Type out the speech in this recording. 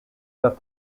that